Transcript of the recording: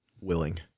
willing